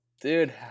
dude